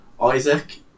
Isaac